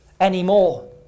anymore